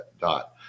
dot